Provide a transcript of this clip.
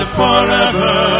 forever